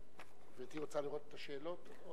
גברתי רוצה לראות את השאלות?